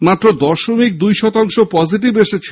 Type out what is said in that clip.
মাত্র দশমিক দুই শতাংশ পজিটিভ এসেছে